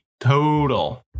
total